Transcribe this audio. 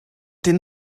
den